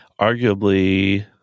arguably